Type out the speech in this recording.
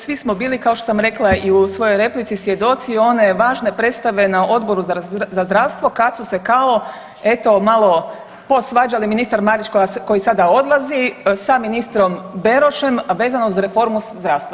Svi smo bili kao što sam rekla i u svojoj replici svjedoci one važne predstave na Odboru za zdravstvu kad su se kao eto malo posvađali ministar Marić koji sada odlazi sa ministrom Berošem, a vezano uz reformu zdravstva.